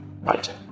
right